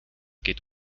geht